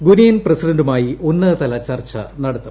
Guinean പ്രസിഡന്റുമായി ഉന്നതതല ചർച്ച നടത്തും